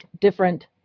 different